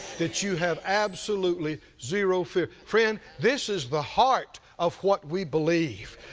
that you have absolutely, zero fear? friend, this is the heart of what we believe.